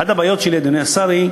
אחת הבעיות שלי, אדוני השר,